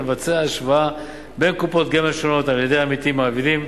לבצע השוואה בין קופות גמל שונות על-ידי עמיתים מעבידים,